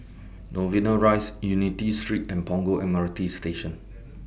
Novena Rise Unity Street and Punggol M R T Station